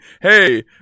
hey